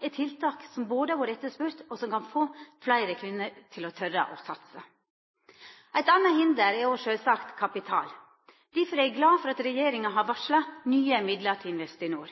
Eit anna hinder er sjølvsagt òg kapital. Difor er eg glad for at regjeringa har varsla nye midlar til Investinor.